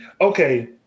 okay